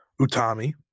Utami